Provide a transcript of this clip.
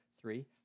Three